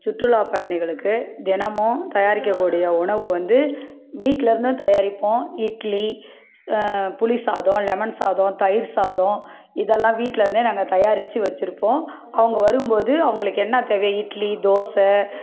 சுற்றுலா பயணிகளுக்கு தினமும் தயாரிக்க கூடிய உணவு வந்து வீட்லருந்தும் தயாரிப்போம் இட்லி புளிசாதம் லெமன் சாதம் தயிர் சாதம் இதெல்லாம் வீட்லருந்தே நாங்கள் தயாரிச்சு வச்சுருப்போம் அவங்க வரும்போது அவங்களுக்கு என்ன தேவையோ இட்லி தோசை